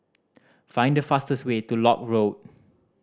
find the fastest way to Lock Road